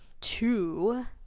two